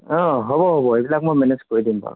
অঁ হ'ব হ'ব এইবিলাক মই মেনেজ কৰি দিম বাৰু